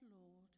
Lord